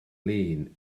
lin